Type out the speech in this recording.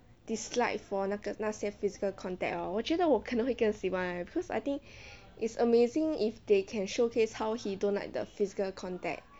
dislike for 那个那些 physical contact orh 我觉得我可能会更喜欢 eh because I think it's amazing if they can showcase how he don't like the physical contact